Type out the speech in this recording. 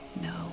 no